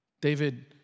David